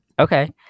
okay